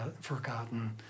forgotten